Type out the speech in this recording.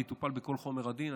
זה יטופל בכל חומר הדין.